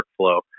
workflow